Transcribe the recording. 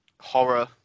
horror